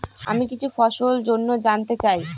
আমি কিছু ফসল জন্য জানতে চাই